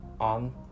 on